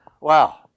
Wow